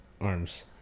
Arms